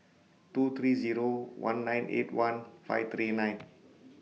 two three Zero one nine eight one five three nine